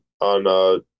on